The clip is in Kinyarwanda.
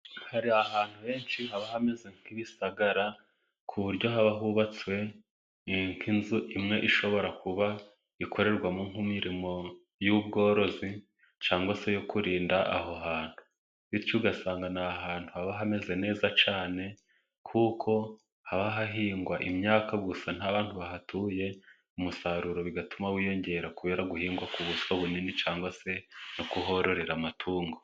Hari ahantu henshi haba hameze nk'ibisagara, ku buryo haba hubatswe nk'inzu imwe ishobora kuba ikorerwamo nko mirimo y'ubworozi cyangwa se yo kurinda aho hantu. Bityo ugasanga ni ahantu haba hameze neza cyane kuko haba hahingwa imyaka gusa ntabantu bahatuye, umusaruro bigatuma wiyongera kubera guhingwa ku buso bunini cyangwa se no kuhorera amatungo.